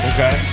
Okay